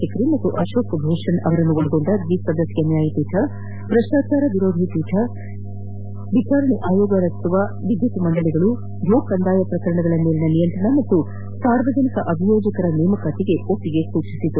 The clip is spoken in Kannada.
ಸಿಕ್ರಿ ಮತ್ತು ಅಶೋಕ್ ಭೂಷಣ್ ಅವರನ್ನೊಳಗೊಂಡ ದ್ವಿಸದಸ್ಯ ನ್ಯಾಯಪೀಠ ಭ್ರಷ್ಪಾಚಾರ ವಿರೋಧಿ ಪೀಠ ವಿಚಾರಣೆ ಆಯೋಗ ರಚಿಸುವ ವಿದ್ಯುತ್ ಮಂಡಳಿಗಳು ಭೂ ಕಂದಾಯ ಪ್ರಕರಣಗಳ ಮೇಲಿನ ನಿಯಂತ್ರಣ ಮತ್ತು ಸಾರ್ವಜನಿಕ ಅಭಿಯೋಜಕರ ನೇಮಕಾತಿಗೆ ಒಪ್ಪಿಗೆ ಸೂಚಿಸಿದೆ